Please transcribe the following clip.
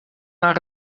naar